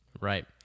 Right